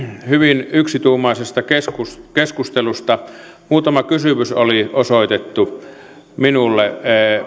hyvin yksituumaisesta keskustelusta muutama kysymys oli osoitettu minulle